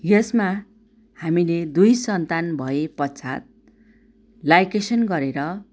यसमा हामीले दुई सन्तान भएपश्चात लाइकेसन गरेर